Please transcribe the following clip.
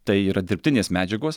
tai yra dirbtinės medžiagos